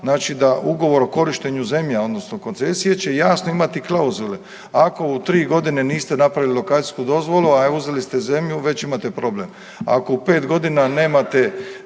Znači da ugovor o korištenju zemlje odnosno koncesije će jasno imati klauzule. Ako u 3.g. niste napravili alokacijsku dozvolu, a uzeli ste zemlju već imate problem. Ako u 5.g. nemate,